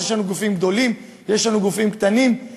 אז יש לנו גופים גדולים ויש לנו גופים קטנים,